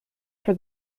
for